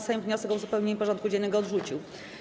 Sejm wniosek o uzupełnienie porządku dziennego odrzucił.